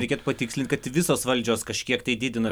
reikėtų patikslint kad visos valdžios kažkiek tai didina